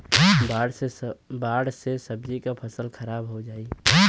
बाढ़ से सब्जी क फसल खराब हो जाई